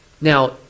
Now